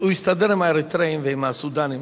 הוא יסתדר עם האריתריאים ועם הסודנים.